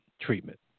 treatment